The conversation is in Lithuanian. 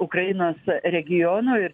ukrainos regionų ir